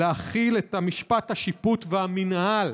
להחיל את המשפט, השיפוט והמינהל